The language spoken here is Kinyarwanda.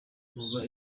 muba